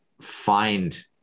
find